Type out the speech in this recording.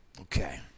Okay